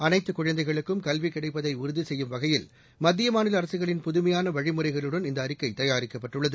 அனைத்துக் குழந்தைகளுக்கும் கல்வி கிடைப்பதை உறுதி செய்யும் வகையில் மத்திய மாநில அரசுகளின் புதுமையான வழிமுறைகளுடன் இந்த அறிக்கை தயாரிக்கப்பட்டுள்ளது